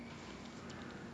!wah! okay okay